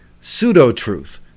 pseudo-truth